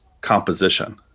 composition